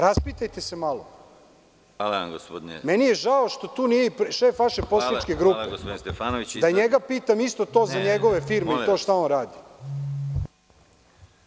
Raspitajte se malo. (Predsedavajući: Vreme.) Meni je žao što tu nije šef vaše poslaničke grupe, da njega pitam isto to za njegove firme i to što on radi.